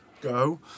go